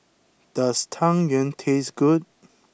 does Tang Yuen taste good